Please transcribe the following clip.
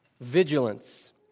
Vigilance